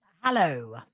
Hello